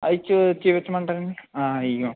అవి చూ చూపించమంటారండి ఇదిగో